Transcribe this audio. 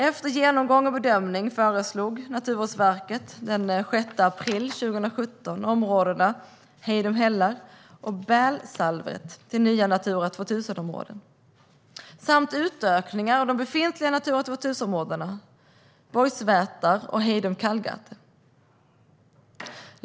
Efter genomgång och bedömning föreslog Naturvårdsverket den 6 april 2017 områdena Hejnum hällar och Bälsalvret som nya Natura 2000-områden samt utökningar av de befintliga Natura 2000-områdena Bojsvätar och Hejnum Kallgate.